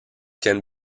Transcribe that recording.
can